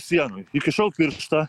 sienoj įkišau pirštą